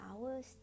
hours